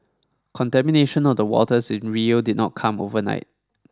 contamination of the waters in Rio did not come overnight